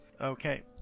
Okay